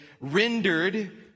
rendered